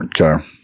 Okay